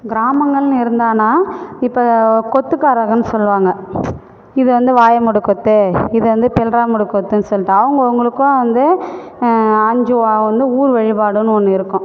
கிராமங்கள்னு இருந்தான்னா இப்போ கொத்துக்காரகனு சொல்வாங்க இது வந்து வாயை மூட கொத்து இது வந்து பிள்றா மூட கொத்துன்னு சொல்லிட்டு அவங்கவங்களுக்கு வந்து அஞ்சு வந்து ஊர் வழிபாடுன்னு ஒன்று இருக்கும்